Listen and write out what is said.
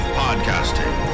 podcasting